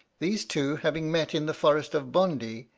these two having met in the forest of bondi,